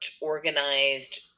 organized